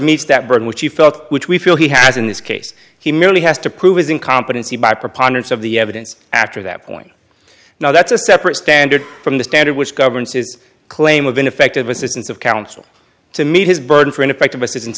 meets that burden which he felt which we feel he has in this case he merely has to prove his incompetency by preponderance of the evidence after that point now that's a separate standard from the standard which governs his claim of ineffective assistance of counsel to meet his burden for ineffective assistance